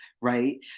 right